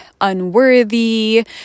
unworthy